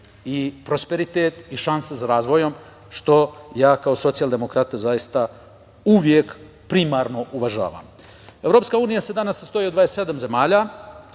i prosperitet i šansa za razvojem, što ja kao socijaldemokrata zaista uvek primarno uvažavam. Evropska unija se danas sastoji od 27 zemalja,